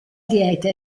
dieta